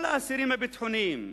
כל האסירים הביטחוניים,